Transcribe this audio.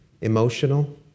emotional